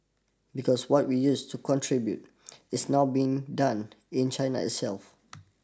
because what we used to contribute is now being done in China itself